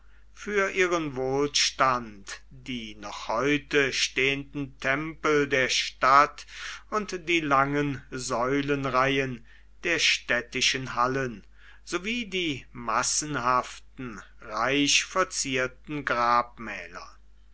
für ihren wohlstand die noch heute stehenden tempel der stadt und die langen säulenreihen der städtischen hallen so wie die massenhaften reich verzierten grabmäler